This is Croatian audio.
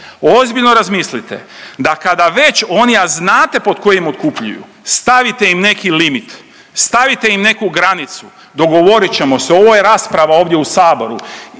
ozbiljno razmislite da kada već oni, a znate da pod kojim otkupljuju, stavite im neki limit, stavite im neku granicu, dogovorit ćemo se, ovo je rasprava ovdje u Saboru,